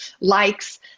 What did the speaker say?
likes